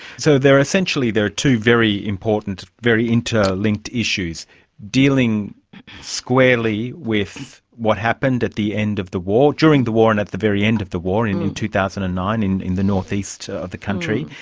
so essentially there are two very important, very interlinked issues dealing squarely with what happened at the end of the war, during the war and at the very end of the war in in two thousand and nine in in the north-east of the country,